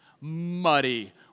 muddy